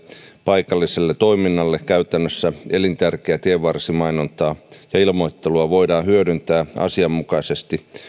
paikalliselle toiminnalle käytännössä elintärkeää tienvarsimainontaa ja ilmoittelua voidaan hyödyntää asianmukaisesti